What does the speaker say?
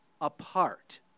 apart